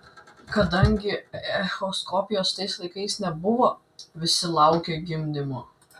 kadangi echoskopijos tais laikais nebuvo visi laukė gimdymo